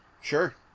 Sure